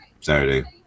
Saturday